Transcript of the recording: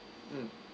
mm